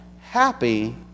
happy